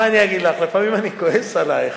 מה אני אגיד לך, לפעמים אני כועס עלייך.